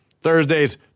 Thursdays